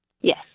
yes